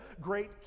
great